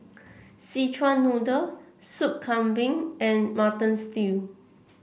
Szechuan Noodle Soup Kambing and Mutton Stew